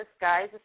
guys